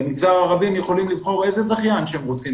המגזר הערבי יכול לבחור איזה זכיין שהוא רוצה,